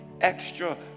extra